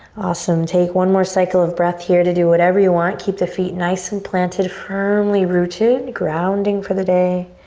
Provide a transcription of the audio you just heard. awesome. take one more cycle of breath here to do whatever you want. keep the feet nice and planted firmly rooted, grounding for the day.